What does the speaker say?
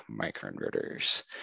microinverters